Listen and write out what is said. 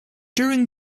during